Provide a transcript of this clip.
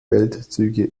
feldzüge